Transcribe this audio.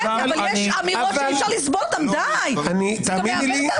אני גם יכול להגיד שהוא פועל --- אני מבקש --- באמת,